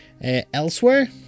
Elsewhere